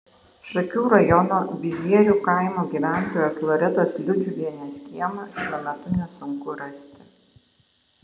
šakių rajono bizierių kaimo gyventojos loretos liudžiuvienės kiemą šiuo metu nesunku rasti